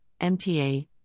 MTA